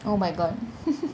oh my god